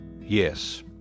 Yes